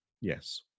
Yes